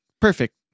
Perfect